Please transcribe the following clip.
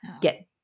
get